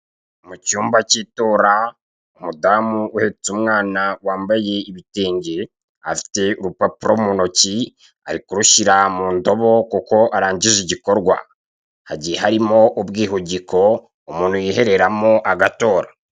Mucyumba cy'itora umudamu uhetse umwana wambaye ibitenge, afite urupapuro mu intoki ari kurushyira mu indobo kuko arangije igikorwa, hagiye harimo ubwihugiko umuntu yihereramo agatora.